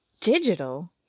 Digital